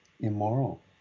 immoral